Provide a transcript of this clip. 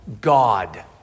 God